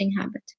habit